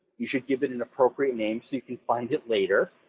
you should give it an appropriate name so you can find it later.